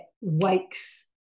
wakes